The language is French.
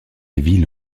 ville